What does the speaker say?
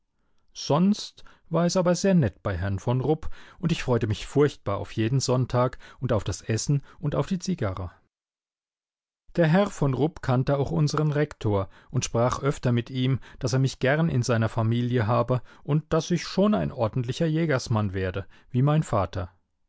sonst war es aber sehr nett bei herrn von rupp und ich freute mich furchtbar auf jeden sonntag und auf das essen und auf die zigarre der herr von rupp kannte auch unsern rektor und sprach öfter mit ihm daß er mich gern in seiner familie habe und daß ich schon ein ordentlicher jägersmann werde wie mein vater